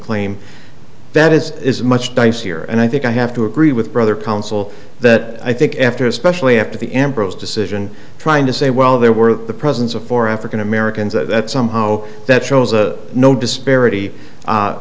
claim that is is much dicier and i think i have to agree with brother counsel that i think after especially after the ambrose decision trying to say well there were the presence of for african americans that somehow that shows a no disparity